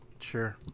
Sure